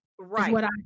Right